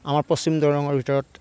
আমাৰ পশ্চিম দৰঙৰ ভিতৰত